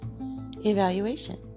Evaluation